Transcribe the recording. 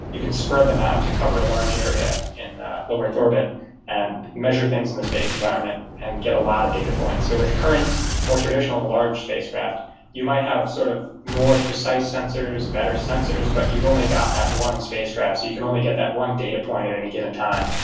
you can spread them out to cover a large area in low earth orbit and measure things in a space environment and get a lot of data points. so with current more traditional large spacecraft you might have sort of more precise sensors, better sensors, but you've only got that one spacecraft, so you can only get that one data point at any given time.